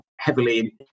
heavily